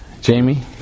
Jamie